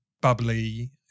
bubbly